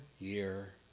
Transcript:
year